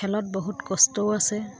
খেলত বহুত কষ্টও আছে